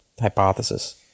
hypothesis